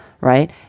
Right